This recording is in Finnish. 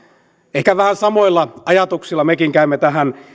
ehkä vähän samoilla ajatuksilla mekin käymme tähän